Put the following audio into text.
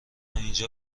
اینجا